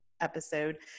episode